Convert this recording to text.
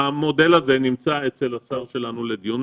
המודל הזה נמצא אצל השר שלנו לדיון.